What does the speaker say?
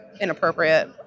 inappropriate